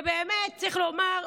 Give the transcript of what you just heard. ובאמת צריך לומר,